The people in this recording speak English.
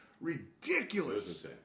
ridiculous